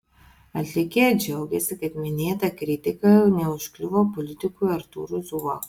atlikėja džiaugiasi kad minėta kritika neužkliuvo politikui artūrui zuokui